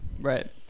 Right